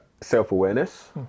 self-awareness